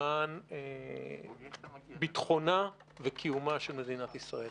למען ביטחונה וקיומה של מדינת ישראל.